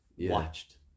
watched